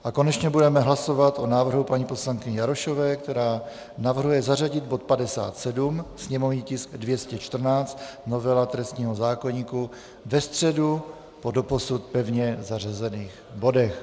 A konečně budeme hlasovat o návrhu paní poslankyně Jarošové, která navrhuje zařadit bod 57, sněmovní tisk 214, novela trestního zákoníku, ve středu po doposud pevně zařazených bodech.